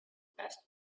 best